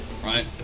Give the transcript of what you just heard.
Right